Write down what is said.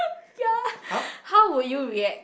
ya how would you react